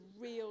real